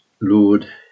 Lord